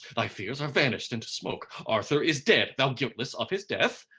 thy fears are vanished into smoke arthur is dead, thou guiltless of his death.